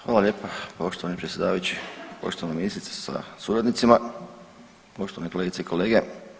Hvala lijepa poštovani predsjedavajući, poštovana ministrice sa suradnicima, poštovane kolegice i kolege.